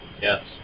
Yes